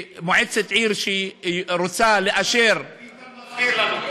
מועצת עיר שרוצה לאשר, ביטן מסביר לנו פה.